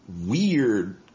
Weird